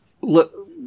look